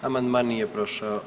Amandman nije prošao.